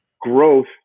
growth